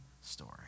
story